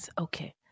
Okay